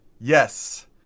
Yes